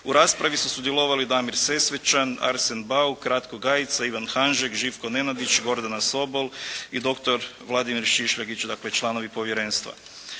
U raspravi su sudjelovali Damir Sesvečan, Arsen Bauk, Ratko Gajica, Ivan Hanžek, Živko Nenadić, Gordana Sobol i doktor Vladimir Šišljagić, dakle članovi povjerenstva.